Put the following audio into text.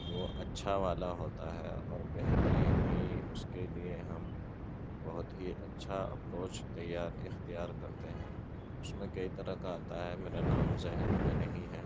وہ اچھا والا ہوتا ہے اور بہترین ہی اس کے لیے ہم بہت ہی اچھا اپروچ تیار اختیار کرتے ہیں اس میں کئی طرح کا آتا ہے میرا نام ذہن میں نہیں ہے